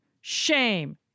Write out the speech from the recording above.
shame